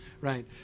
right